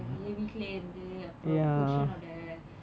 வீட்டுலேயே இருந்து அப்புறம் புருஷனோட:veetleye irunthu appuram purushanoda